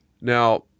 Now